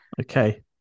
Okay